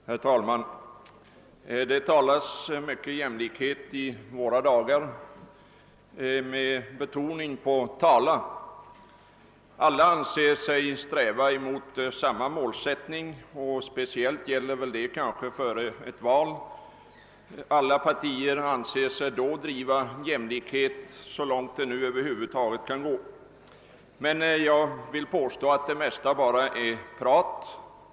Herr talman! Det talas mycket om jämlikhet i våra dagar med betoning på ordet talas. Alla anser sig sträva mot samma mål — speciellt gäller detta före ett val — och alla partier anser sig driva jämlikhetspolitik så långt det nu över huvud taget är möjligt. Men jag vill påstå att det mesta bara är prat.